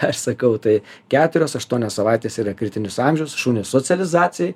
aš sakau tai keturios aštuonios savaitės yra kritinis amžiaus šunio socializacijai